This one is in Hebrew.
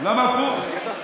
למה הפוך?